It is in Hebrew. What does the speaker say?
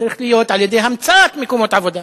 צריך להיות על-ידי המצאת מקומות עבודה,